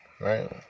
right